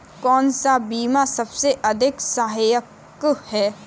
कौन सा बीमा सबसे अधिक सहायक है?